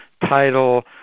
title